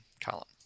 column